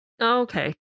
Okay